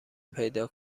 پیدا